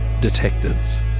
detectives